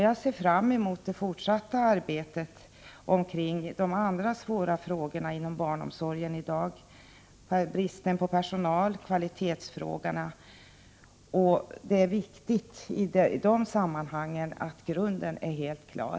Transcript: Jag ser fram emot det fortsatta arbetet omkring de andra svåra frågorna inom barnomsorgenidagjag tänker på bristen på personal och kvalitetsfrågorna. Det är i de sammanhangen viktigt att grunden är helt klar.